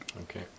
Okay